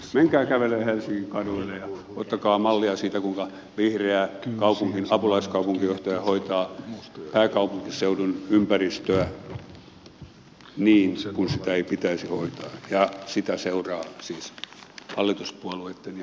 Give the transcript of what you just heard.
menkää kävelemään helsingin kaduille ja ottakaa mallia siitä kuinka vihreä apulaiskaupunginjohtaja hoitaa pääkaupunkiseudun ympäristöä niin kuin sitä ei pitäisi hoitaa ja sitä seuraa siis hallituspuolueitten ja